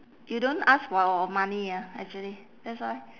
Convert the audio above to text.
you don't ask for money ah actually that's why